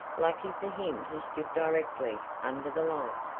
lucky for him he stood directly under the light.